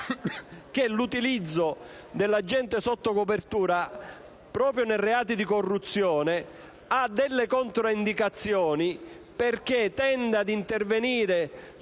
che l'utilizzo dell'agente sotto copertura, proprio nei reati di corruzione ha delle controindicazioni perché tende ad intervenire